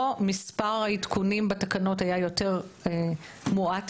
פה מספר העדכונים בתקנות היה יותר קטן,